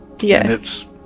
Yes